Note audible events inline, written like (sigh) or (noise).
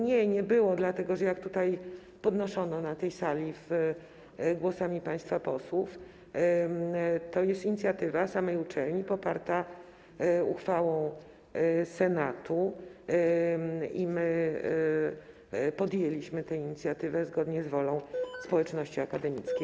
Nie, nie było, dlatego że - jak tutaj podnoszono na tej sali głosami państwa posłów - to jest inicjatywa samej uczelni poparta uchwałą senatu i my podjęliśmy tę inicjatywę zgodnie z wolą (noise) społeczności akademickiej.